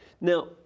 Now